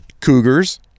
cougars